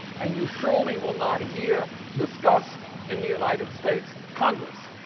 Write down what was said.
and you surely will not hear dis gust in the united states congress.